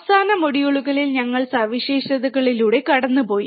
അവസാന മൊഡ്യൂളുകളിൽ ഞങ്ങൾ സവിശേഷതകളിലൂടെ കടന്നുപോയി